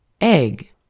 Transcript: Egg